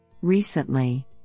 Recently